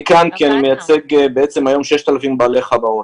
אני כאן כי אני מייצג היום 6,000 בעלי חברות.